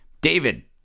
David